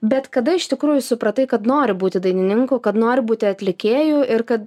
bet kada iš tikrųjų supratai kad nori būti dainininku kad nori būti atlikėju ir kad